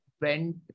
went